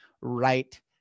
right